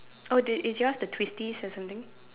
oh dude is yours the twisties or something